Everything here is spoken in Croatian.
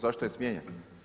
Zašto je smijenjen?